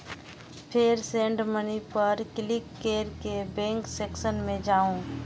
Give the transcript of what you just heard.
फेर send money पर click कैर के बैंक सेक्शन मे जाउ